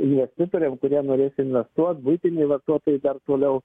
investitoriam kurie norės invstuot buitiniai vartotojai dar toliau